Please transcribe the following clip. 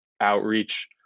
outreach